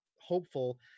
hopeful